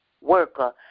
worker